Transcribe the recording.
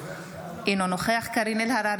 אינו נוכח קארין אלהרר,